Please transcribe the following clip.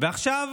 עכשיו